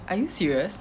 are you serious